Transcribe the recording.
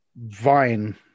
vine